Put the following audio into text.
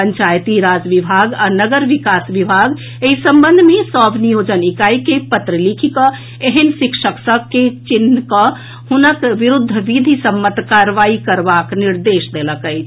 पंचायती राज विभाग आ नगर विकास विभाग एहि संबंध मे सभ नियोजन इकाई के पत्र लिखि कऽ एहेन शिक्षक सभ के चिन्ह कऽ हुनक विरूद्व विधि सम्मत कार्रवाई करबाक निर्देश देलक अछि